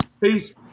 Peace